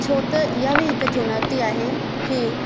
छो त इहा बि हिकु चुनौती आहे के